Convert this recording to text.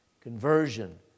conversion